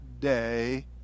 day